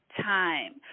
time